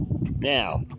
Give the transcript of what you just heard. now